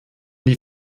die